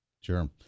Sure